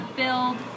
build